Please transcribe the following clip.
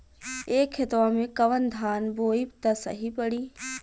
ए खेतवा मे कवन धान बोइब त सही पड़ी?